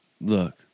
look